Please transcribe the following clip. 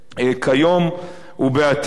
כיום ובעתיד.